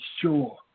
sure